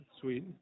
Sweet